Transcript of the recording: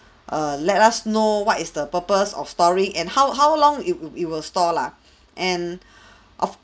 err let us know what is the purpose of storing and how how long it will it will store lah and of